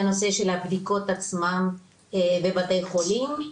הנושא של הבדיקות עצמם בבתי חולים,